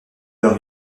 heure